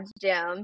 gym